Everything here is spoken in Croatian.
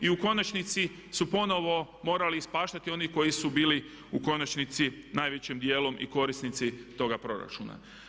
I u konačnici su ponovno morali ispaštati oni koji su bili u konačnici najvećim dijelom i korisnici toga proračuna.